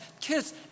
kids